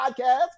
podcast